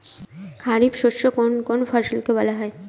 খারিফ শস্য কোন কোন ফসলকে বলা হয়?